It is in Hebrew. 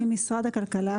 אני ממשרד הכלכלה.